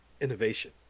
innovation